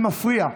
זה מפריע.